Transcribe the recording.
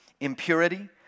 impurity